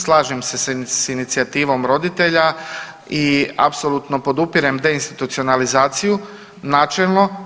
Slažem se s inicijativom roditelja i apsolutno podupirem deinstitucionalizaciju načelno.